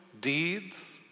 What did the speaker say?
deeds